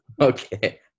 okay